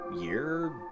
year